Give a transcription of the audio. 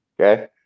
okay